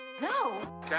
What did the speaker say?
no